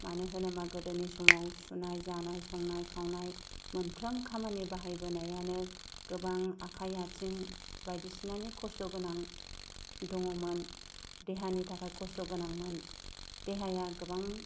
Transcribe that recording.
मानो होनोबा गोदोनि समाव सुनाय जानाय संनाय खावनाय मोनफ्रोम खामानि बाहायबोनायानो गोबां आखाइ आथिं बायदिसिनानि खस्थ' गोनां दङमोन देहानि थाखायबो खस्थ' गोनांमोन देहाया गोबां